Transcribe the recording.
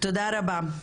תודה רבה.